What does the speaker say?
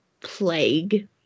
plague